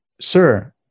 Sir